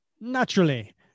Naturally